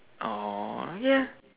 oh ya ya